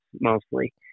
mostly